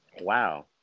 Wow